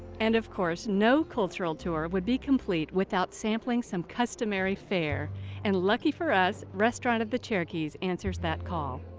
and of course, no cultural tour would be complete without sampling some customary fare and lucky for us restaurant of the cherokees answers that call.